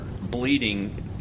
bleeding